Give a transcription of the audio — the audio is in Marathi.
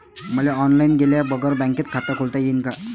मले ऑनलाईन गेल्या बगर बँकेत खात खोलता येईन का?